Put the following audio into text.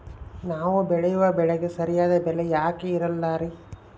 ನಾವು ಬೆಳೆಯುವ ಬೆಳೆಗೆ ಸರಿಯಾದ ಬೆಲೆ ಯಾಕೆ ಇರಲ್ಲಾರಿ?